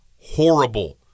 horrible